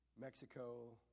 Mexico